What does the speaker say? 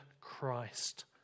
christ